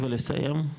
ולסיים?